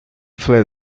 fled